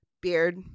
Beard